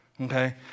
Okay